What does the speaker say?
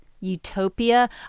utopia